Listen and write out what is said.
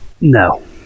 no